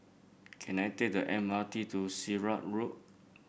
can I take the M R T to Sirat Road